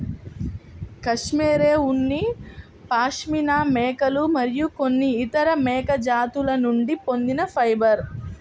cashmere ఉన్ని పాష్మినా మేకలు మరియు కొన్ని ఇతర మేక జాతుల నుండి పొందిన ఫైబర్